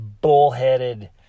bullheaded